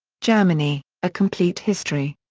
germany a complete history.